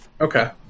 Okay